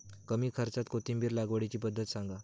कमी खर्च्यात कोथिंबिर लागवडीची पद्धत सांगा